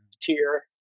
tier